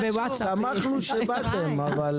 שאלנו שאלות ספציפיות.